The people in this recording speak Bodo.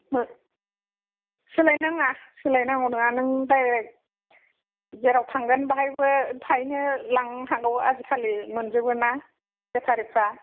सोलायनाङा सोलायनांगौ नङा नों दाइरेक जेराव थांगोन बाहायबो थायैनो लांनो थांनांगौ आजि खालि मोनजोबोना बेटारिफ्रा